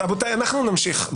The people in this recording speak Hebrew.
אנחנו נמשיך.